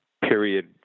period